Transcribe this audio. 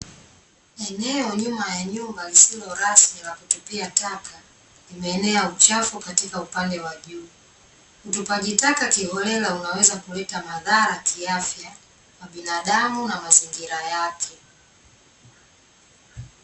Eneo nyuma ya nyumba lisilo rasmi la kutupia taka, limeenea uchafu katika upande wa juu. Utupaji taka kiholela unaweza kuleta madhara kiafya kwa binadamu na mazingira yake.